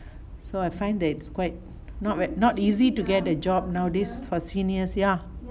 so I find that it's quite not not easy to get a job nowadays for seniors ya